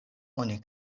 oni